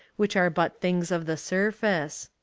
which are but things of the surface.